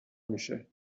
میشه